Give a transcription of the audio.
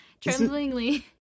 Tremblingly